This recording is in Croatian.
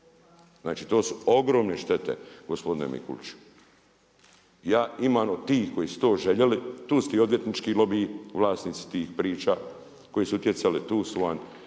Znači, to su ogromne štete, gospodine Mikulić. Ja imam od tih koji su to željeli …/Govornik se ne razumije./… lobiji, vlasnici tih priča, koji su utjecali. Tu su